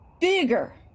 bigger